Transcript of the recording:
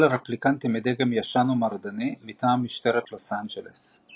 רפליקנטים מדגם ישן ומרדני מטעם משטרת לוס אנג'לס.